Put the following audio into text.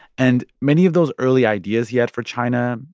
and many of those early ideas he had for china,